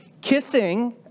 kissing